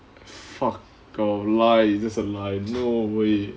fuck of lie that's a lie no way